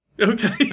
Okay